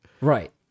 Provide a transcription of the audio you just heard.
Right